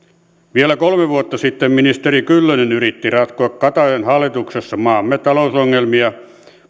vielä kolme vuotta sitten ministeri kyllönen yritti ratkoa kataisen hallituksessa maamme talousongelmia